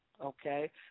okay